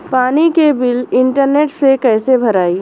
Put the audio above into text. पानी के bill internet से कइसे भराई?